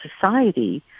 society